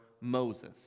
Moses